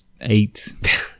eight